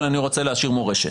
אבל אני רוצה להשאיר מורשת,